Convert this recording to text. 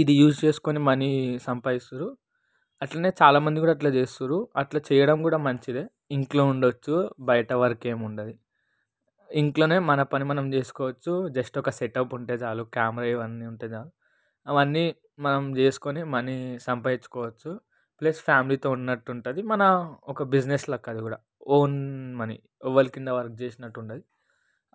ఇది యూస్ చేసుకొని మనీ సంపాదిస్తున్నారు అట్లనే చాలామంది కూడా అది చేస్తుంన్నారు అట్లా చేయడం కూడా మంచిదే ఇంట్లో ఉండొచ్చు బయట వర్క్ ఏమి ఉండదు ఇంట్లోనే మన పని మనం చేసుకోవచ్చు జస్ట్ ఒక సెటప్ ఉంటే చాలు కెమెరా ఇవన్నీ ఉంటే చాలు అవన్నీ మనం చేసుకొని మనీ సంపాదించుకోవచ్చు ప్లస్ ఫ్యామిలీతో ఉన్నట్టు ఉంటుంది మన ఒక బిజినెస్ లాగా అది కూడా ఓన్ మనీ ఎవరి కింద వర్క్ చేసినట్టు ఉండదు